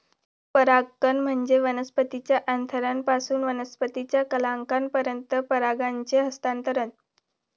परागकण म्हणजे वनस्पतीच्या अँथरपासून वनस्पतीच्या कलंकापर्यंत परागकणांचे हस्तांतरण